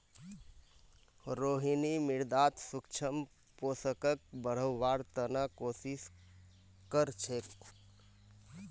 रोहिणी मृदात सूक्ष्म पोषकक बढ़व्वार त न कोशिश क र छेक